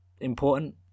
Important